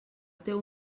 teu